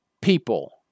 people